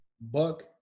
Buck